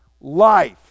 life